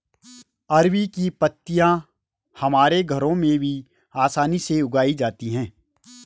अरबी की पत्तियां हमारे घरों में भी आसानी से उगाई जाती हैं